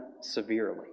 severely